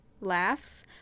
laughs